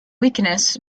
weakness